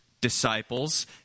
disciples